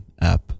app